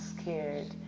scared